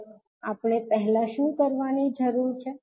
હવે પહેલા આપણે શું કરવાની જરૂર છે